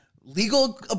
Legal